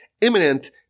imminent